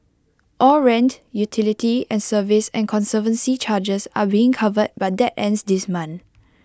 all rent utility and service and conservancy charges are being covered but that ends this month